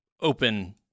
open